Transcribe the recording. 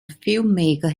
filmmaker